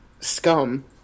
scum